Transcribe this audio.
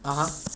(uh huh)